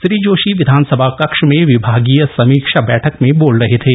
श्री जोशी विधानसभा कक्ष में विभागीय समीक्षा बैठक में बोल रहे थे